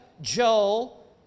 Joel